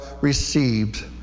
received